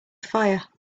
fire